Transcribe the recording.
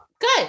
good